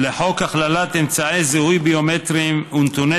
לחוק הכללת אמצעי זיהוי ביומטריים ונתוני